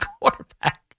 quarterback